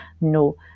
No